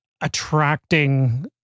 attracting